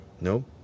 No